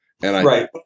Right